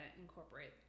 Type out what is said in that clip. incorporate